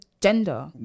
gender